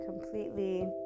completely